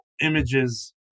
images